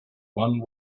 one